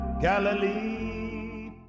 Galilee